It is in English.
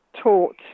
taught